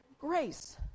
Grace